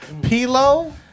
Pilo